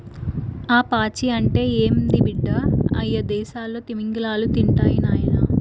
ఆ పాచి అంటే ఏంది బిడ్డ, అయ్యదేసాల్లో తిమింగలాలు తింటాయి నాయనా